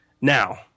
Now